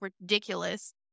ridiculous